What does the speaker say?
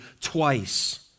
twice